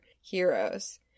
heroes